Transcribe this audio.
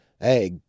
hey